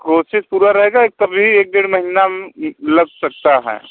कोशिश पूरा रहेगा एक तब भी एक डेढ़ महीना लग सकता है